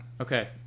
okay